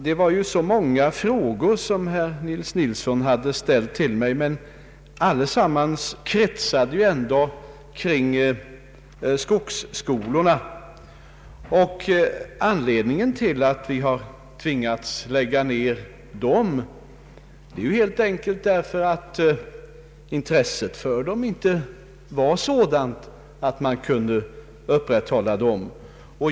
Herr talman! Herr Nils Nilsson hade ställt många frågor till mig, men allesamman kretsade ändå kring skogsskolorna. Anledningen till att vi har tvingats lägga ned dem är ju helt enkelt att intresset för dem inte har varit sådant att de kunnat upprätthållas.